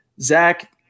Zach